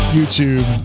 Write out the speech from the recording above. YouTube